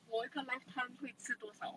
我一个 lifetime 可以吃多少